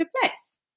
place